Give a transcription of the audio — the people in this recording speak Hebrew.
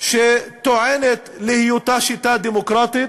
שטוענת להיותה שיטה דמוקרטית.